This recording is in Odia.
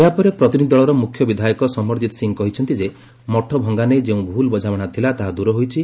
ଏହାପରେ ପ୍ରତିନିଧି ଦଳର ମୁଖ୍ୟ ବିଧାୟକ ସମରଜିତ ସିଂହ କହିଛନ୍ତି ଯେ ମଠ ଭଙ୍ଗା ନେଇ ଯେଉଁ ଭୁଲ ବୁଝାମଣା ଥିଲା ତାହା ଦୂରହୋଇଛି